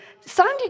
Sandy